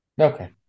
Okay